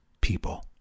people